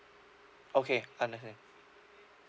okay understand